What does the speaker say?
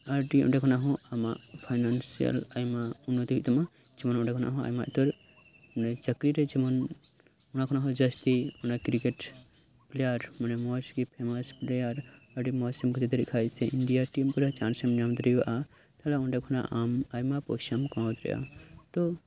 ᱟᱰᱤ ᱚᱸᱰᱮ ᱠᱷᱚᱱᱟᱜ ᱦᱚᱸ ᱟᱢᱟᱜ ᱯᱷᱟᱭᱱᱮᱱᱥᱤᱭᱟᱞ ᱟᱭᱢᱟ ᱩᱱᱱᱚᱛᱤ ᱦᱳᱭᱳᱜ ᱛᱟᱢᱟ ᱡᱮᱢᱚᱱ ᱚᱸᱰᱮ ᱠᱷᱚᱱᱟᱜ ᱦᱚᱸ ᱟᱭᱢᱟ ᱩᱛᱟᱹᱨ ᱢᱟᱱᱮ ᱪᱟᱠᱨᱤ ᱨᱮ ᱡᱮᱢᱚᱱ ᱚᱱᱟ ᱠᱷᱚᱱᱟᱜ ᱦᱚᱸ ᱡᱟᱥᱛᱤ ᱚᱱᱟ ᱠᱨᱤᱠᱮᱴ ᱯᱞᱮᱭᱟᱨ ᱢᱟᱱᱮ ᱢᱚᱸᱡᱽ ᱜᱮ ᱯᱷᱮᱢᱟᱥ ᱯᱞᱮᱭᱟᱨ ᱟᱰᱤ ᱢᱚᱸᱡᱽ ᱮᱢ ᱜᱟᱛᱮ ᱫᱟᱲᱮᱭᱟᱜ ᱠᱷᱟᱱ ᱥᱮ ᱤᱱᱰᱤᱭᱟ ᱴᱤᱢ ᱠᱚᱨᱮ ᱪᱟᱸᱥ ᱮᱢ ᱧᱟᱢ ᱫᱟᱲᱮᱭᱟᱜᱼᱟ ᱛᱟᱦᱞᱮ ᱚᱸᱰᱮ ᱠᱷᱟᱱᱟᱜ ᱟᱢ ᱟᱭᱢᱟ ᱯᱚᱭᱥᱟᱢ ᱠᱟᱢᱟᱣ ᱫᱟᱲᱮᱭᱟᱜᱼᱟ ᱛᱚ